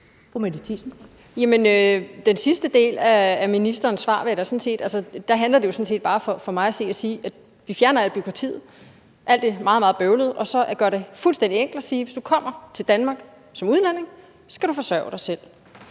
Den sidste del af ministerens svar handler jo sådan set for mig at se bare om at sige, at vi fjerner alt bureaukratiet, alt det meget, meget bøvlede, og så gør det fuldstændig enkelt og siger, at du, hvis du kommer til Danmark som udlænding, skal forsørge dig selv,